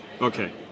Okay